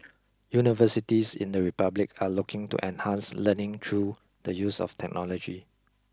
universities in the republic are looking to enhance learning through the use of technology